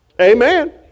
Amen